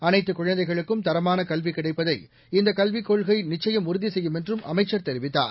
அனைத்துக் குழந்தைகளுக்கும் தரமான கல்வி கிடைப்பதை இந்தக் கல்விக் கொள்கை நிச்சுயம் உறுதி செய்யும் என்றும் அமைச்சர் தெரிவித்தார்